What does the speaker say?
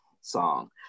song